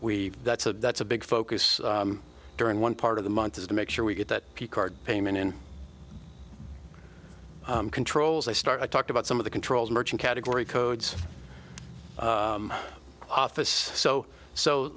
we that's a that's a big focus during one part of the month is to make sure we get that card payment in control as they start to talk about some of the controls merchant category codes office so so